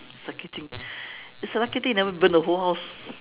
lucky thing it's a lucky thing you never burn the whole house